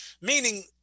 Meaning